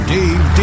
Dave